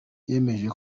yemeje